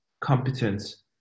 competence